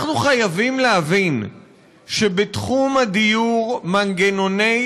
אנחנו חייבים להבין שבתחום הדיור מנגנוני